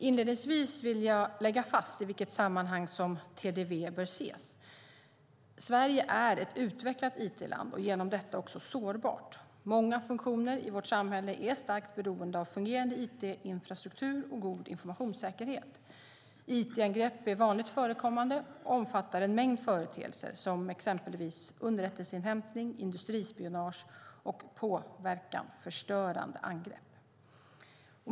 Inledningsvis vill jag lägga fast i vilket sammanhang som TDV bör ses. Sverige är ett utvecklat it-land och genom detta också sårbart. Många funktioner i vårt samhälle är starkt beroende av fungerande it-infrastruktur och god informationssäkerhet. It-angrepp är vanligt förekommande och omfattar en mängd företeelser, som exempelvis underrättelseinhämtning, industrispionage och påverkan/förstörande angrepp.